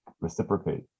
reciprocate